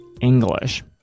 English